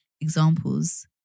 examples